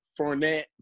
Fournette